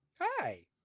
Hi